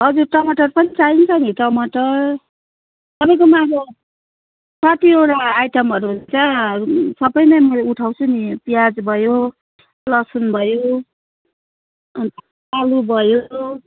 हजुर टमाटर पनि चाहिन्छ नि टमाटर तपाईँकोमा अब कतिवटा आइटमहरू हुन्छ सबै नै म उठाउँछु नि प्याज भयो लसुन भयो अनि आलु भयो